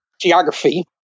geography